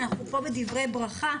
אנחנו פה בדברי ברכה,